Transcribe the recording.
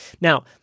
Now